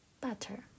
Butter